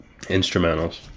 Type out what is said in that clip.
instrumentals